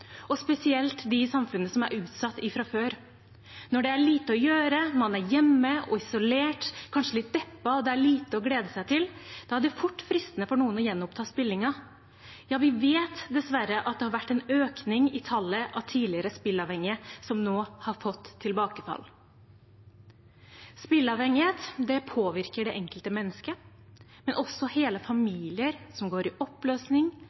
spesielt dem i samfunnet som er utsatt fra før. Når det er lite å gjøre, man er hjemme og isolert og kanskje litt deppa, og det er lite å glede seg til, er det fort fristende for noen å gjenoppta spillingen. Vi vet dessverre at det har vært en økning i tallet på tidligere spillavhengige som nå har fått tilbakefall. Spillavhengighet påvirker det enkelte mennesket, men også hele familier går i oppløsning